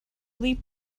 leave